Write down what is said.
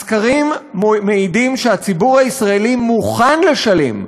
הסקרים מעידים שהציבור הישראלי מוכן לשלם,